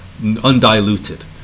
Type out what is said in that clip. undiluted